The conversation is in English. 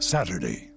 Saturday